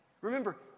Remember